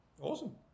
awesome